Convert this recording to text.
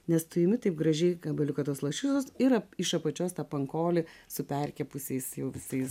nes tai nu taip gražiai gabaliuką tos lašišos ir iš apačios tą pankolį su perkepusiais jau visais